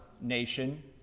nation